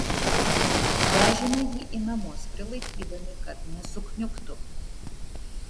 vežėme jį į namus prilaikydami kad nesukniubtų